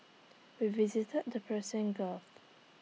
we visited the Persian gulf